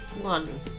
one